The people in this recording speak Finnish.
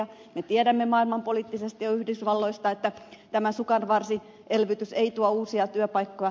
me tiedämme maailmanpoliittisesti jo yhdysvalloista että tämä sukanvarsielvytys ei tuo uusia työpaikkoja